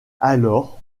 alors